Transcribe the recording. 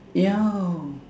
ya